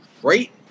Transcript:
great